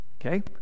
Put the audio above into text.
Okay